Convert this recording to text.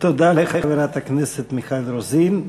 תודה לחברת הכנסת מיכל רוזין.